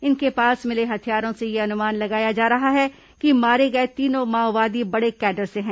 इनके पास मिले हथियारों से यह अनुमान लगाया जा रहा है कि मारे गए तीनों माओवादी बड़े कैडर से है